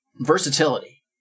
versatility